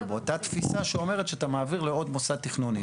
אבל באותה תפיסה שאומרת שאתה מעביר לעוד מוסד תכנוני.